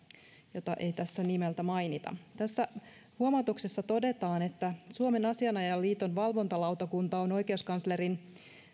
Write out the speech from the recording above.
jota ei tässä nimeltä mainita tässä huomautuksessa todetaan että suomen asianajajaliiton valvontalautakunta on oikeuskanslerin